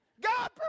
God